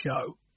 show